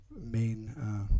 main